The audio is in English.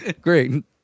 great